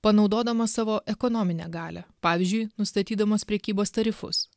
panaudodama savo ekonominę galią pavyzdžiui nustatydamos prekybos tarifus